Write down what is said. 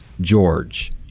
George